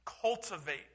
cultivate